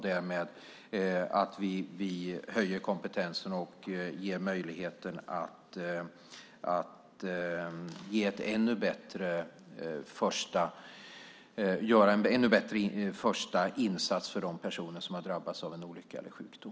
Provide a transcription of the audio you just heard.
Därmed höjer vi kompetensen och ökar möjligheten att göra en ännu bättre första insats för de personer som har drabbats av en olycka eller sjukdom.